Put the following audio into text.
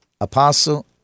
Apostle